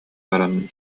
баран